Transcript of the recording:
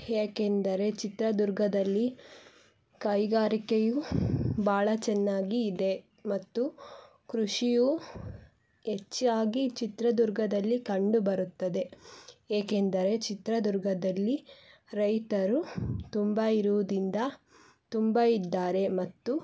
ಏಕೆಂದರೆ ಚಿತ್ರದುರ್ಗದಲ್ಲಿ ಕೈಗಾರಿಕೆಯು ಭಾಳ ಚೆನ್ನಾಗಿ ಇದೆ ಮತ್ತು ಕೃಷಿಯು ಹೆಚ್ಚಾಗಿ ಚಿತ್ರದುರ್ಗದಲ್ಲಿ ಕಂಡುಬರುತ್ತದೆ ಏಕೆಂದರೆ ಚಿತ್ರದುರ್ಗದಲ್ಲಿ ರೈತರು ತುಂಬ ಇರುವುದಿಂದ ತುಂಬ ಇದ್ದಾರೆ ಮತ್ತು